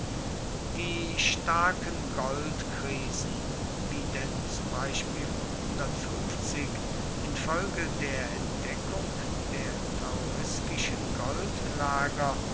die starken goldkrisen wie denn zum beispiel um infolge der entdeckung der tauriskischen